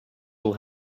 will